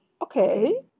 Okay